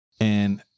and-